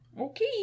Okay